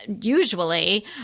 usually